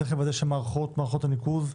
צריך לוודא שמערכות הניקוז,